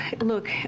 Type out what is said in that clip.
look